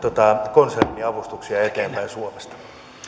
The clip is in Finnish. konserniavustuksia eteenpäin suomesta